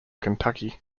kentucky